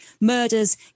murders